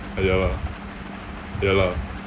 ah ya lah ya lah